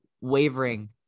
wavering